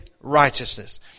righteousness